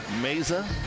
Mesa